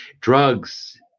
Drugs